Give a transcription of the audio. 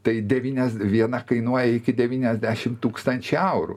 tai devynias viena kainuoja iki devyniasdešim tūkstančių eurų